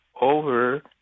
over